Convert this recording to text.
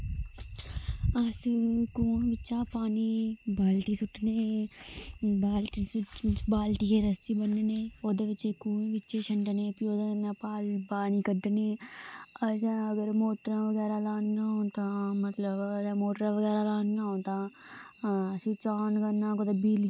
अस कुएं चा पानी बाल्टी सु'ट्टने बाल्टियै ई रस्सी ब'न्नने ते ओह् खूह् बिच छंडने भी ओह्दे कन्नै पानी कड्ढने असें अगर मोटरां बगैरा लानियां होन तां मतलब मोटरां बगैरा लानियां होन तां स्विच ऑन करना कुदै बिजली